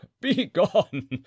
begone